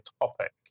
topic